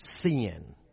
sin